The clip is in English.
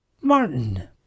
Martin